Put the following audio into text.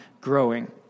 growing